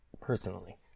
personally